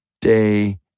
day